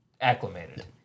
acclimated